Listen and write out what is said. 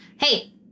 Hey